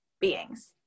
beings